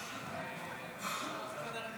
מכובדי